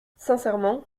sincèrement